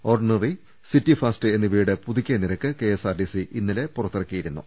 ordinary city fast എന്നിവയുടെ പുതുക്കിയ നിരക്ക് കെഎസ്ആർടിസി ഇന്നലെ പുറത്തിറക്കിയിരു ന്നു